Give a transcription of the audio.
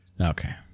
Okay